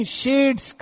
shades